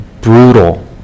brutal